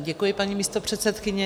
Děkuji, paní místopředsedkyně.